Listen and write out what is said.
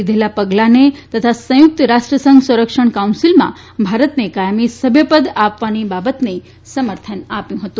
લીધેલા પગલાંને તથા સંયુક્ત રાષ્ટ્રસંઘ સંરક્ષણ કાઉન્સીલમાં ભારતને કાયમી સભ્યપદ આપવાની બાબતને સમર્થન આપ્યું હતું